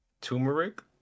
Turmeric